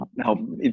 help